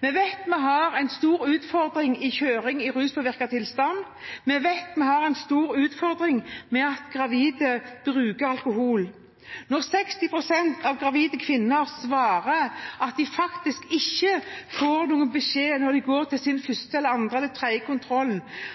Vi vet det er en stor utfordring med kjøring i ruspåvirket tilstand. Vi vet vi har en stor utfordring med at gravide bruker alkohol. Når 60 pst. av gravide kvinner svarer at når de går til sin første, andre eller tredje kontroll, får de faktisk ikke noen beskjed